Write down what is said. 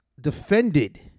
defended